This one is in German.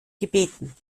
gebeten